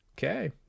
Okay